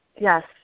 Yes